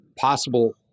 possible